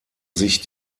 sich